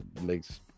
makes